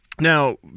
Now